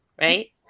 Right